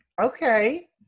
Okay